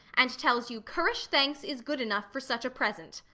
and tells you currish thanks is good enough for such a present.